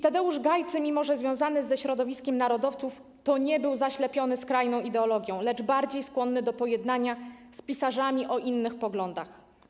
Tadeusz Gajcy, mimo że związany ze środowiskiem narodowców, nie był zaślepiony skrajną ideologią, lecz bardziej skłonny do pojednania z pisarzami o innych poglądach.